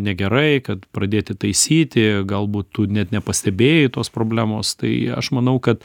negerai kad pradėti taisyti galbūt tu net nepastebėjai tos problemos tai aš manau kad